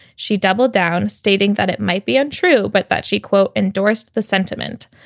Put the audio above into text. she doubled down, stating that it might be untrue, but that she quote endorsed the sentiment.